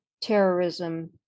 terrorism